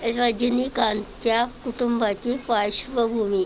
रजनीकांतच्या कुटुंबाची पार्श्वभूमी